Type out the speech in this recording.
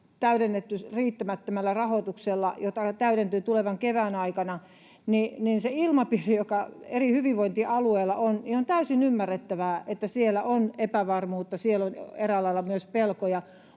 täydennetty riittämättömällä rahoituksella, joka täydentyy tulevan kevään aikana, niin siinä ilmapiirissä, joka eri hyvinvointialueilla on, on täysin ymmärrettävää, että siellä on epävarmuutta, siellä on eräällä lailla myös pelkoja.